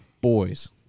Boys